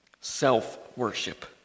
self-worship